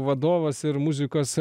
vadovas ir muzikos